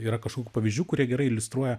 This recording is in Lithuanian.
yra kažkokių pavyzdžių kurie gerai iliustruoja